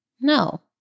No